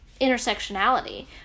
intersectionality